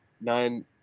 nine